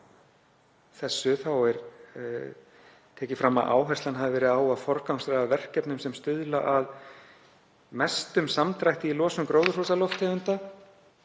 þessu er tekið fram að áherslan hafi verið á að forgangsraða verkefnum sem stuðla að mestum samdrætti í losun gróðurhúsalofttegunda,